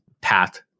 path